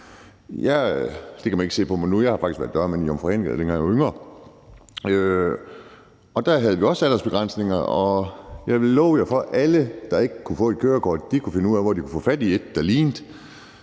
det kan man ikke se på mig nu – været dørmand i Jomfru Ane Gade, dengang jeg var yngre. Der havde vi også aldersbegrænsninger, og jeg kan love jer for, at alle, der ikke kunne få et kørekort, kunne finde ud af, hvor de kunne få fat i et, der lignede,